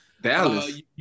Dallas